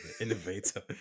Innovator